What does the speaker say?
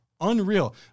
Unreal